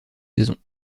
saison